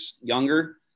younger